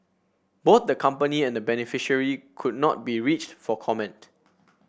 both the company and the beneficiary could not be reached for comment